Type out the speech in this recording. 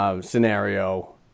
scenario